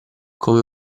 come